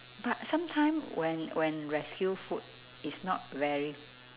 but sometime when when rescue food is not very